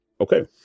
Okay